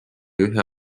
ühe